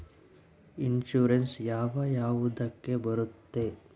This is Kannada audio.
ಇನ್ಶೂರೆನ್ಸ್ ಯಾವ ಯಾವುದಕ್ಕ ಬರುತ್ತೆ?